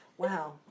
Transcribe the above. Wow